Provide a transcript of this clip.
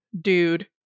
dude